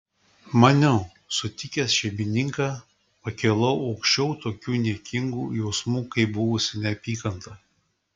maniau sutikęs šeimininką pakilau aukščiau tokių niekingų jausmų kaip buvusi neapykanta